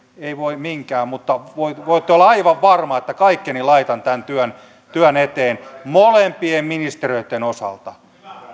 ei voi minkään mutta voitte olla aivan varma että kaikkeni laitan tämän työn työn eteen molempien ministeriöitten osalta